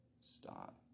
stop